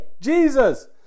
Jesus